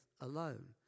alone